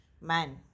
man